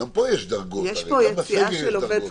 הרי גם פה יש דרגות, גם בסגר יש דרגות.